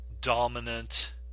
dominant